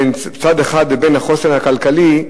בצד אחד בין החוסן הכלכלי,